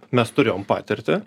mes turėjom patirtį